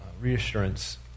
reassurance